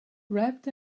wrapped